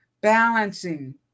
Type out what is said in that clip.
balancing